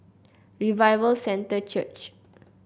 Revival Centre Church